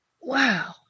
Wow